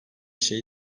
şey